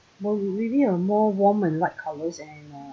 um maybe a more warm and light colours and uh